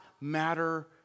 matter